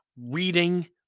reading